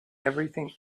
everything